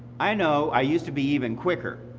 i know. i used to be even quicker.